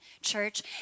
church